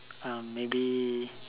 um maybe